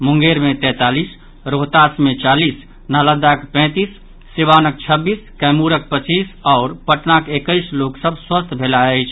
मुंगेर मे तैंतालीस रोहतास मे चालीस नालंदाक पैंतीस सीवानक छब्बीस कैमूरक पच्चीस आओर पटनाक एक्कैस लोक सभ स्वस्थ मेलाह अछि